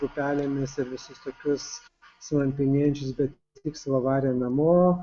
grupelėmis ir visus tokius slampinėjančius be tikslo varė namo